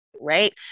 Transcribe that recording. Right